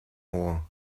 more